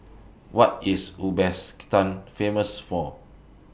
What IS Uzbekistan Famous For